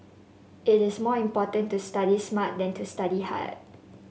it is more important to study smart than to study hard